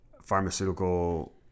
pharmaceutical